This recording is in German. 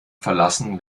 verlassen